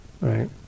right